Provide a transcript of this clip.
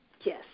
Yes